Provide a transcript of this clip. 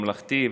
ממלכתי,